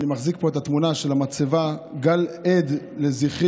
ואני מחזיק פה את התמונה של המצבה: "גל עד לזכרי",